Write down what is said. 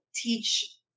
teach